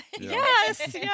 Yes